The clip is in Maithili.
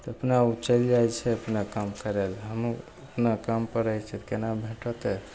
तऽ अपना ओ चलि जाइ छै अपना काम करैले हमहूँ अपना कामपर रहै छिए तऽ कोना भेँट होतै